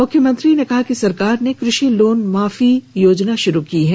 मुख्यमंत्री ने कहा कि सरकार ने कृषि लोन माफी योजना शुरू की है